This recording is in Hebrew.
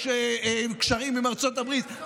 יש קשרים עם ארצות הברית,